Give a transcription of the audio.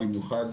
במיוחד